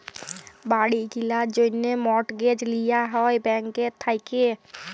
বাড়ি কিলার জ্যনহে মর্টগেজ লিয়া হ্যয় ব্যাংকের থ্যাইকে